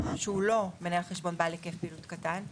שהוא לא מנהל חשבון בעל היקף פעילות קטן,